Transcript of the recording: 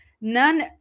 None